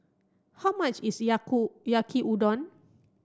how much is Yaki Udon